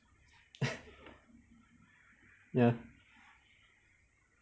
ya